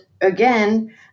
again